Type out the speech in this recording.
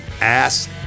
ass